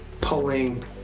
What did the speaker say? pulling